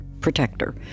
protector